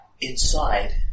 Inside